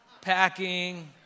packing